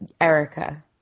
Erica